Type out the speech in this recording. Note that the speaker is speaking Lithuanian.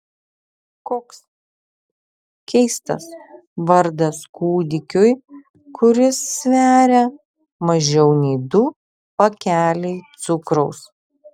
koks keistas vardas kūdikiui kuris sveria mažiau nei du pakeliai cukraus